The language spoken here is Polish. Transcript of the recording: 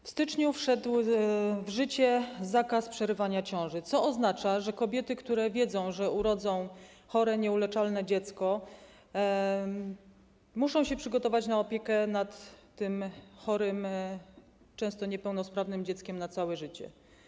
W styczniu wszedł w życie zakaz przerywania ciąży, co oznacza, że kobiety, które wiedzą, że urodzą nieuleczalnie chore dziecko, muszą się przygotować na opiekę nad tym chorym, często niepełnosprawnym, dzieckiem przez całe życie.